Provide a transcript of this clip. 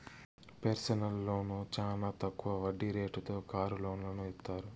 personal loan చానా తక్కువ వడ్డీ రేటుతో కారు లోన్లను ఇత్తారు